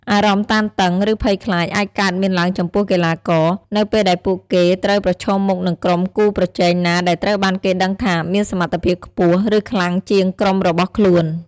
អារម្មណ៍តានតឹង ឬភ័យខ្លាចអាចកើតមានឡើងចំពោះកីឡាករ នៅពេលដែលពួកគេត្រូវប្រឈមមុខនឹងក្រុមគូប្រជែងណាដែលត្រូវបានគេដឹងថាមានសមត្ថភាពខ្ពស់ ឬខ្លាំងជាងក្រុមរបស់ខ្លួន។